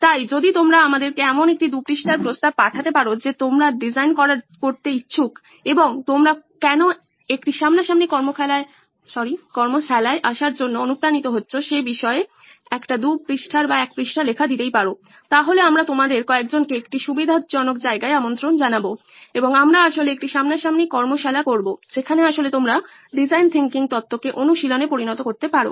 তাই যদি তোমরা আমাদেরকে এমন একটি 2 পৃষ্ঠার প্রস্তাব পাঠাতে পারো যে তোমরা ডিজাইন করতে চাও এবং তোমরা কেনো একটি সামনাসামনি কর্মশালায় আসার জন্য অনুপ্রাণিত হচ্ছো সে বিষয়ে একটি এক পৃষ্ঠার লেখা লিখতে পারো তাহলে আমরা তোমাদের কয়েকজনকে একটি সুবিধাজনক জায়গায় আমন্ত্রণ জানাবো এবং আমরা আসলে একটি সামনাসামনি কর্মশালা করবো যেখানে আসলে তোমরা ডিজাইন থিংকিং তত্ত্বকে অনুশীলনে পরিণত করতে পারো